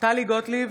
טלי גוטליב,